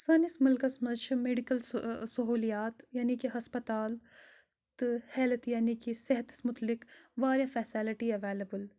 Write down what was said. سٲنِس مٕلکَس منٛز چھِ میٚڈِکَل سہوٗلِیات یعنی کِہ ہَسپَتال تہٕ ہؠلٕتھ یعنی کہِ صحتَس مُتعلِق واریاہ فؠسَلِٹی اَویلیبٕل